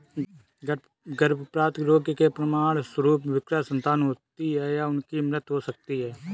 गर्भपात रोग के परिणामस्वरूप विकृत संतान होती है या उनकी मृत्यु हो सकती है